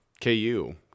KU